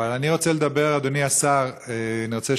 אבל אני רוצה לדבר, אדוני השר, אני רוצה